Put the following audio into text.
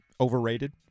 overrated